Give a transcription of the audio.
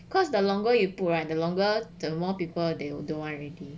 because the longer you put right the longer the more people they don't want already